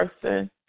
person